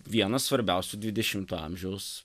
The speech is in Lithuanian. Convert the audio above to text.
vienas svarbiausių dvidešimto amžiaus